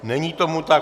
Není tomu tak.